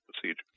procedure